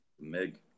Mig